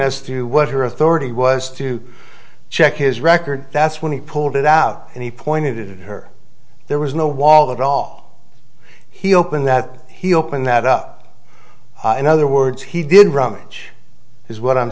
as to what her authority was to check his record that's when he pulled it out and he pointed her there was no wallet at all he opened that he opened that up in other words he didn't rummage is what i'm